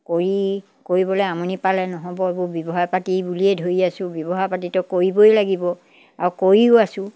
কৰি কৰিবলৈ আমনি পালে নহ'ব এইবোৰ ব্যৱহাৰ পাতি বুলিয়ে ধৰি আছোঁ ব্যৱহাৰ পাতিতো কৰিবই লাগিব আৰু কৰিও আছোঁ